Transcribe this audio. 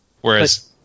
Whereas